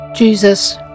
Jesus